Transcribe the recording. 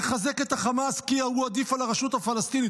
נחזק את החמאס כי הוא עדיף על הרשות הפלסטינית,